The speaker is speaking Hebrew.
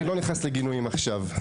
אני לא נכנס לגינויים עכשיו.